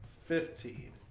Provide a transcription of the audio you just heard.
Fifteen